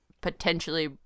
potentially